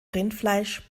rindfleisch